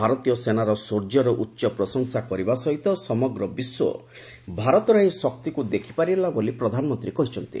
ଭାରତୀୟ ସେନାର ଶୌର୍ଯ୍ୟର ଉଚ୍ଚ ପ୍ରଶଂସା କରିବା ସହିତ ସମଗ୍ର ବିଶ୍ୱ ଭାରତର ଏହି ଶକ୍ତିକୁ ଦେଖିପାରିଲା ବୋଲି ପ୍ରଧାନମନ୍ତ୍ରୀ କହିଛନ୍ତି